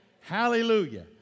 Hallelujah